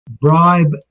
bribe